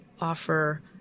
offer –